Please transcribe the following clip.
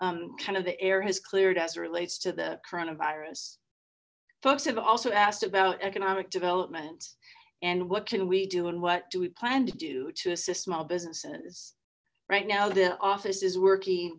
kind of the air has cleared as it relates to the coronavirus folks have also asked about economic development and what can we do and what do we plan to do to assist small businesses right now the office is working